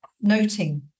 noting